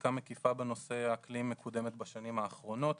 חקיקה מקיפה בנושא האקלים מקודמת בשנים האחרונות,